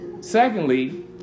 secondly